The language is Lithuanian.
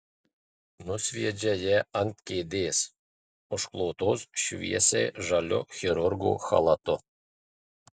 nusviedžia ją ant kėdės užklotos šviesiai žaliu chirurgo chalatu